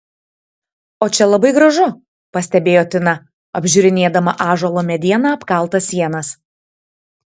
o čia labai gražu pastebėjo tina apžiūrinėdama ąžuolo mediena apkaltas sienas